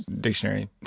Dictionary